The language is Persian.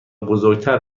بزرگتر